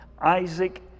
Isaac